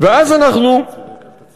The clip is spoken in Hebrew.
ואז אנחנו נגיע,